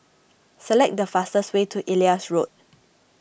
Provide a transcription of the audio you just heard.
select the fastest way to Elias Road